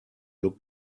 look